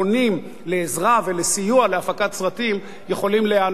לעזרה ולסיוע בהפקת סרטים יכולים להיענות.